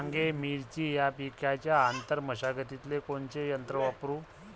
वांगे, मिरची या पिकाच्या आंतर मशागतीले कोनचे यंत्र वापरू?